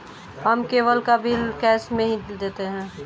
हम केबल का bill cash में ही देते हैं